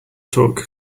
talk